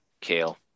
Kale